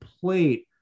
plate